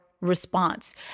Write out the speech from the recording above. response